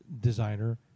designer